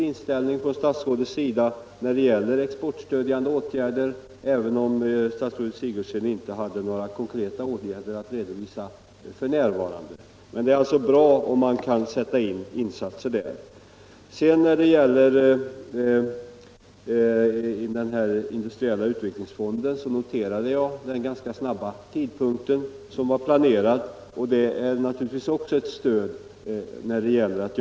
Reglerna för erforderlig tid för att ordna uppkommande problem när det gäller arbetssituationen och personliga förhållanden före inställelsen är tydligen flytande. Beslut med kallelse till omedelbar inställelse utan hänsyn till rådande förhållanden har försatt berörda personer i en svår situation, för vilken kriminalvårdsstyrelsen visat fullständig kallsinnighet.